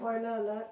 spoiler alert